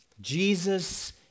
Jesus